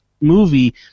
movie